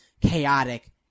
chaotic